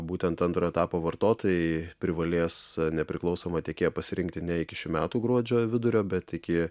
būtent antro etapo vartotojai privalės nepriklausomą tiekėją pasirinkti ne iki šių metų gruodžio vidurio bet iki